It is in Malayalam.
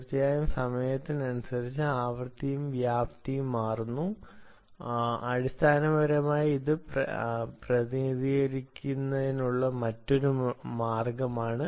തീർച്ചയായും സമയത്തിനനുസരിച്ച് ആവൃത്തിയും വ്യാപ്തിയും മാറുന്നു അടിസ്ഥാനപരമായി ഇത് പ്രതിനിധീകരിക്കുന്നതിനുള്ള മറ്റൊരു മാർഗമാണ്